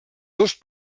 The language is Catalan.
dos